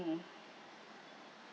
mm